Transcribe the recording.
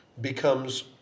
becomes